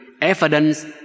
evidence